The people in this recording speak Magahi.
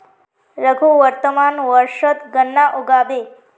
रघु वर्तमान वर्षत गन्ना उगाबे